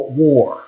war